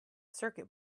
circuit